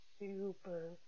super